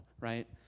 right